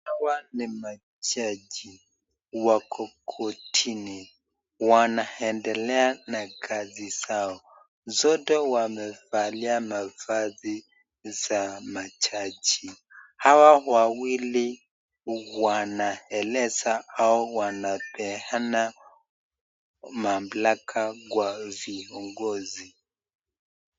Hawa ni majaji, wako kortini. Wanaendelea na kazi zao. Zote wamevalia mavazi za majaji. Hawa wawili anaeleza au wanapeana mamlaka kwa viongozi.